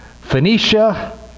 Phoenicia